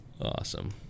Awesome